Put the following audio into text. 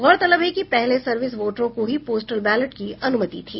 गौरतलब है कि पहले सर्विस वोटरों को ही पोस्टल बैलेट की अनुमति थी